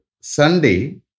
Sunday